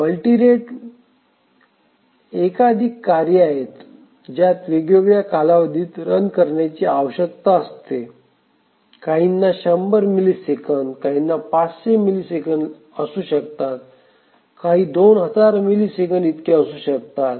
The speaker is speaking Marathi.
मल्टी रेटमध्ये एकाधिक कार्ये आहेत ज्यात वेगवेगळ्या कालावधीत रन करण्याची आवश्यकता असते काहींना100 मिली सेकंद काही 500 मिलीसेकंद असू शकतात काही 2000 मिलीसेकंद इतकी असू शकतात